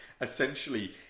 Essentially